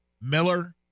Miller